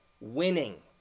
winning